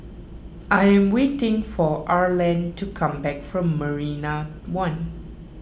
I am waiting for Arland to come back from Marina one